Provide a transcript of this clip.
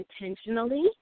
intentionally